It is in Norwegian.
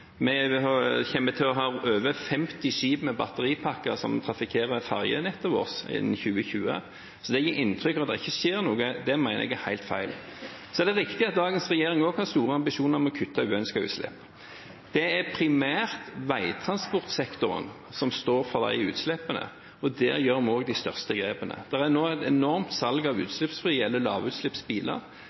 Vi kommer til å ha over 50 skip med batteripakker som trafikkerer ferjenettet vårt innen 2020. Det å gi inntrykk av at det ikke skjer noe, mener jeg er helt feil. Det er riktig at dagens regjering også har store ambisjoner når det gjelder å kutte uønskede utslipp. Det er primært veitransportsektoren som står for de utslippene. Der gjør vi også de største grepene. Det er nå et enormt salg av utslippsfrie biler eller lavutslippsbiler.